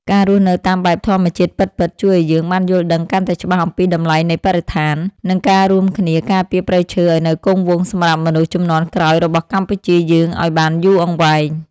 ការរស់នៅតាមបែបធម្មជាតិពិតៗជួយឱ្យយើងបានយល់ដឹងកាន់តែច្បាស់អំពីតម្លៃនៃបរិស្ថាន និង ការរួមគ្នាការពារព្រៃឈើឱ្យនៅគង់វង្សសម្រាប់មនុស្សជំនាន់ក្រោយរបស់កម្ពុជាយើងឱ្យបានយូរអង្វែង។